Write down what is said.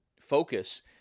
focus